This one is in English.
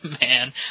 man